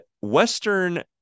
Western